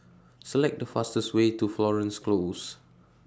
Select The fastest Way to Florence Close